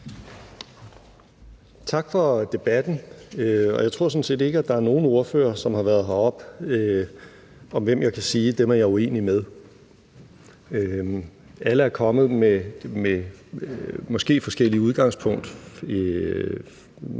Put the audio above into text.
Tak for debatten. Jeg tror sådan set ikke, at der er nogen af de ordførere, der har været heroppe, om hvem jeg kan sige, at dem er jeg uenig med. Alle er kommet med forskellige udgangspunkter